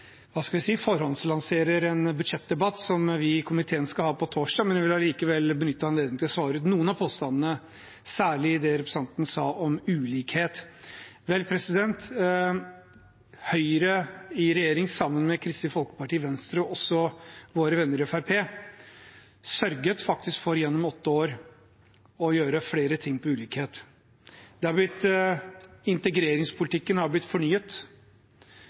forhåndslanserer en budsjettdebatt vi i komiteen skal ha på torsdag. Jeg vil likevel benytte anledningen til å svare på noen av påstandene, særlig det representanten sa om ulikhet. Høyre i regjering sammen med Kristelig Folkeparti, Venstre og våre venner i Fremskrittspartiet sørget faktisk for gjennom åtte år å gjøre flere ting knyttet til ulikhet. Integreringspolitikken har blitt